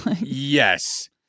Yes